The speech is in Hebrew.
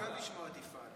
אני אוהב לשמוע את יפעת.